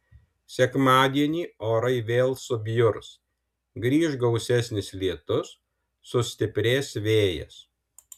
sekmadienį orai vėl subjurs grįš gausesnis lietus sustiprės vėjas